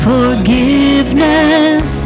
Forgiveness